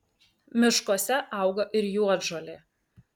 miškuose auga ir juodžolė